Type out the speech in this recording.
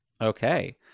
Okay